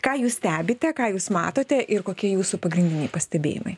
ką jūs stebite ką jūs matote ir kokie jūsų pagrindiniai pastebėjimai